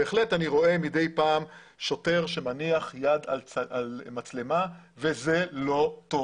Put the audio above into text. בהחלט אני רואה מדי פעם שוטר שמניח יד על מצלמה וזה לא טוב.